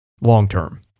long-term